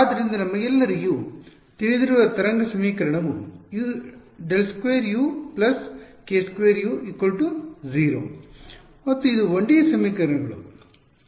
ಆದ್ದರಿಂದ ನಮಗೆಲ್ಲರಿಗೂ ತಿಳಿದಿರುವ ತರಂಗ ಸಮೀಕರಣವು ∇2U k2U 0 ಮತ್ತು ಇದು 1D ಸಮೀಕರಣಗಳು